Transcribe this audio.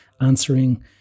answering